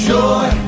Joy